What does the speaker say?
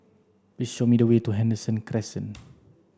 please show me the way to Henderson Crescent